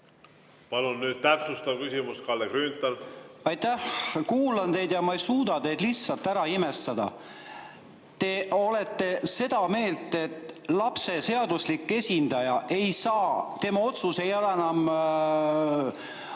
Palun nüüd täpsustav küsimus, Kalle Grünthal! Aitäh! Kuulan teid ja ma ei suuda lihtsalt ära imestada. Te olete seda meelt, et lapse seaduslik esindaja ei saa [otsustada], et tema otsus ei ole enam